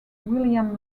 william